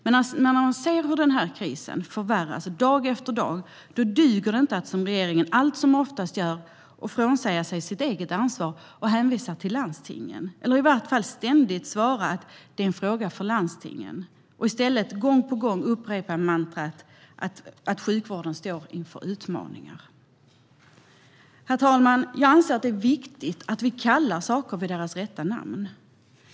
Men när man ser hur den här krisen förvärras dag efter dag duger det inte att, som regeringen allt som oftast gör, frånsäga sig sitt eget ansvar och hänvisa till landstingen, eller i varje fall ständigt svara att det är en fråga för landstingen, och i stället gång på gång upprepa mantrat att sjukvården står inför utmaningar. Herr talman! Jag anser att det är viktigt att vi kallar saker vid deras rätta namn.